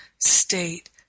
state